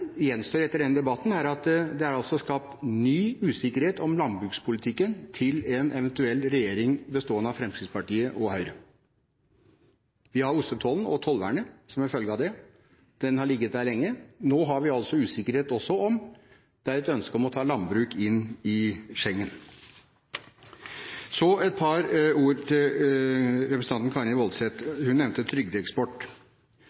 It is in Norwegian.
at det altså er skapt ny usikkerhet om landbrukspolitikken til en eventuell regjering bestående av Fremskrittspartiet og Høyre. Vi har ostetollen og tollvernet som en følge av det. Den har ligget der lenge. Nå har vi altså usikkerhet om det også er et ønske å ta landbruk inn i Schengen. Så et par ord til representanten